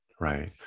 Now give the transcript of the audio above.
right